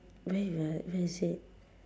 where you ah where is it